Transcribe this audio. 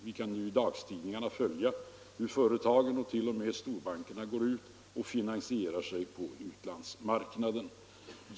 Vi kan ju i dagstidningarna följa hur företagen och t.o.m. storbankerna går ut och finansierar sig på utlandsmarknaden.